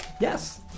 Yes